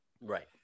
Right